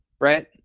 Right